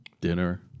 dinner